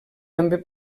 també